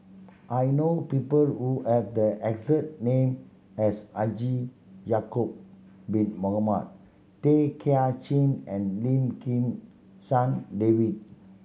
I know people who have the exact name as Haji Ya'acob Bin Mohamed Tay Kay Chin and Lim Kim San David